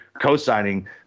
co-signing